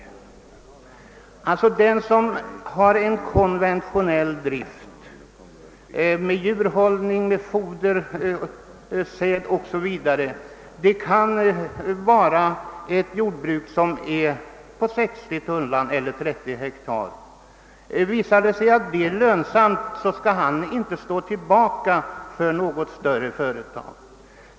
Om Åtgärder för att åstadkomma bärkraftiga och effektiva familjejordbruk ett konventionellt jordbruk med djurhållning, produktion av fodersäd o. s. v. låt oss säga ett jordbruk på 60 tunnland eller 30 ha — visar sig vara lönsamt, så skall ägaren av ett sådant jordbruk inte stå tillbaka för ett större företag.